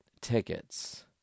Tickets